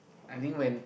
I think when